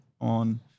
on